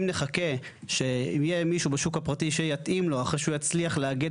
אם נחכה שאם יהיה מישהו בשוק הפרטי שיתאים לו אחרי שהוא יצליח לאגד